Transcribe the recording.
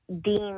deemed